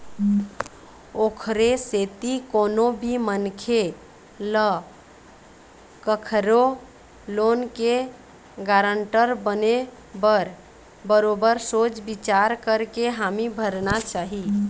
ओखरे सेती कोनो भी मनखे ल कखरो लोन के गारंटर बने बर बरोबर सोच बिचार करके हामी भरना चाही